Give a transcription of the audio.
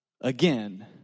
again